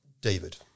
David